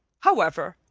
however,